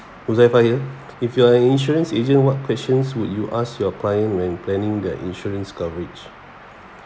huzaifal if you are a insurance agent what questions would you ask your client when planning their insurance coverage